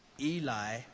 Eli